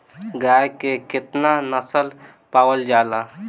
गाय के केतना नस्ल पावल जाला?